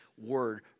word